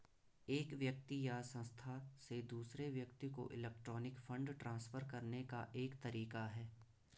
एक व्यक्ति या संस्था से दूसरे व्यक्ति को इलेक्ट्रॉनिक फ़ंड ट्रांसफ़र करने का एक तरीका है